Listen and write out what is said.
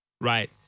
right